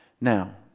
Now